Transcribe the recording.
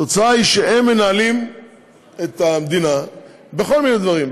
התוצאה היא שהם מנהלים את המדינה בכל מיני דברים,